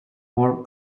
more